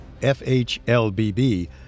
FHLBB